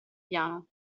piano